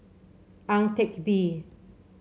Ang Teck Bee